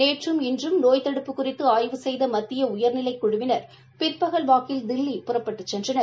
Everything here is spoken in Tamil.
நேற்றும் இன்றும் நோய் தடுப்பு குறித்து ஆய்வு செய்த மத்தியக் உர்நிலைக் குழுவினர் பிற்பகல் வாக்கில் தில்லி புறப்பட்டுச் சென்றனர்